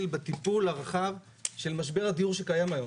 בטיפול הרחב של משבר הדיור שקיים היום.